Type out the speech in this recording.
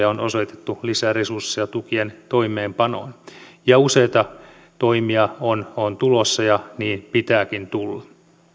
on osoitettu lisäresursseja tukien toimeenpanoon ja useita toimia on on tulossa ja niin pitääkin tulla